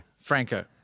Franco